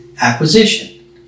acquisition